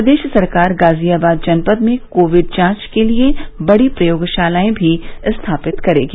प्रदेश सरकार गाजियाबाद जनपद में कोविड जांच के लिए बड़ी प्रयोगशाला भी स्थापित करेगी